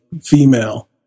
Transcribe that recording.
female